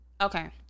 Okay